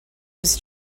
was